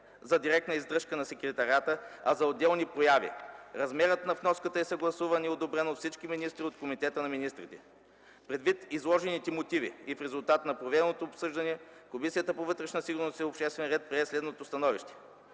за директна издръжка на Секретариата, а за отделни прояви. Размерът на вноската е съгласуван и одобрен от всички министри от Комитета на министрите. Предвид изложените мотиви и в резултат на проведеното обсъждане, Комисията по вътрешна сигурност и обществен ред прие следното становище: